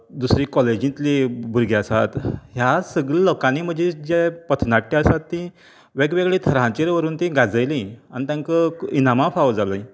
दुसरीं काॅलेजिंतलीं भुरगीं आसात ह्या सगले लोकांनी म्हजें जें पथनाट्य आसात तीं वेगवेगळ्या थरांचेर व्हरून तीं गाजयलीं आनी तेंकां इनामां फाव जालीं